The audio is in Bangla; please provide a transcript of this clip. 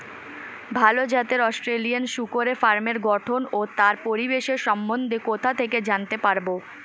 ভাল জাতের অস্ট্রেলিয়ান শূকরের ফার্মের গঠন ও তার পরিবেশের সম্বন্ধে কোথা থেকে জানতে পারবো?